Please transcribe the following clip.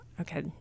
okay